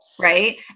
Right